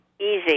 easy